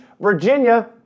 Virginia